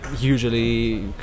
usually